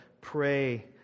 pray